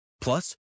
Plus